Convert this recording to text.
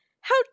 How